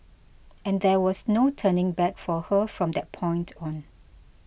and there was no turning back for her from that point on